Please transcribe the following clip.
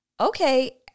okay